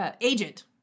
Agent